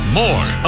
more